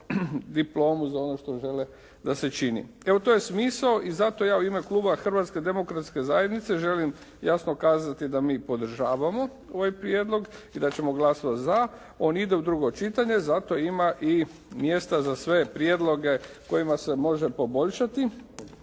diplomu za ono što žele da se čini. Evo to je smisao i zato ja u ime Kluba Hrvatske demokratske zajednice želim jasno kazati da mi podržavamo ovaj prijedlog i da ćemo glasati za. On ide u drugo čitanje. Zato ima i mjesta za sve prijedloge kojima se može poboljšati.